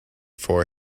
for